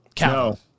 No